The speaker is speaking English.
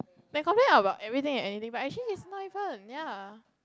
they complain about everything and anything but actually it's not even ya